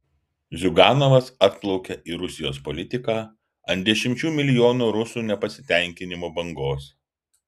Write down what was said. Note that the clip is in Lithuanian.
ziuganovas atplaukė į rusijos politiką ant dešimčių milijonų rusų nepasitenkinimo bangos